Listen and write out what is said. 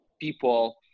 people